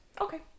Okay